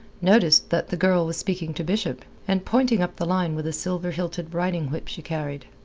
noticed that the girl was speaking to bishop, and pointing up the line with a silver-hilted riding-whip she carried.